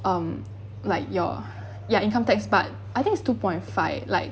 um like your ya income tax but I think is two point five like